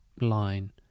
line